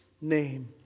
name